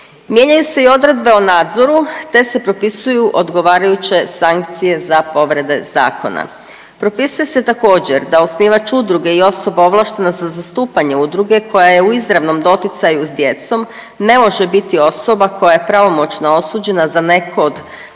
Mijenjaju se i odredbe o nadzoru te se propisuju odgovarajuće sankcije za povrede zakona. Propisuje se također da osnivač udruge i osoba ovlaštena za zastupanje udruge koja je u izravnom doticaju s djecom ne može biti osoba koja je pravomoćno osuđena za neko od